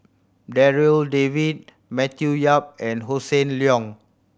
Darryl David Matthew Yap and Hossan Leong